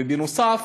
ונוסף